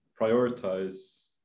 prioritize